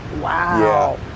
wow